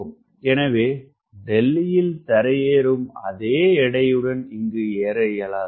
எனவே டெல்லியில் தரையேறும் அதே எடையுடன் இங்கு ஏற இயலாது